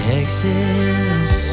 Texas